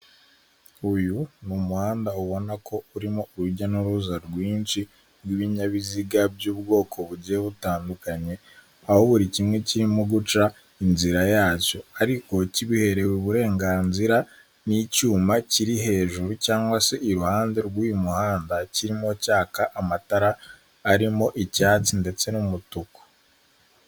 Uyu ni umuhanda ubona ko urimo urujya n'uruza rwinshi rw'ibinyabiziga by'ubwoko bugiye butandukanye, aho buri kimwe kirimo guca inzira yacyo ariko kibiherewe uburenganzira n'icyuma kiri hejuru cyangwa se iruhande rw'uyu muhanda, kirimo cyaka amatara arimo icyatsi ndetse n'umutuku.